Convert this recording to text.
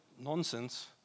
nonsense